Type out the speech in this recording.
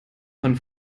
von